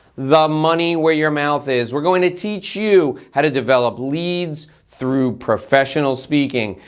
the money where your mouth is. we're gonna teach you how to develop leads through professional speaking.